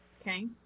Okay